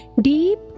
Deep